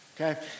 Okay